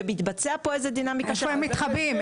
ומתבצעת דינמיקה --- איפה הם מתחבאים?